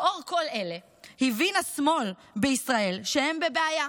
לאור כל אלה הבין השמאל בישראל שהוא בבעיה.